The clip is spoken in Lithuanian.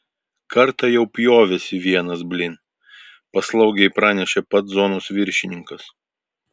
kartą jau pjovėsi venas blin paslaugiai pranešė pats zonos viršininkas